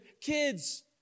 kids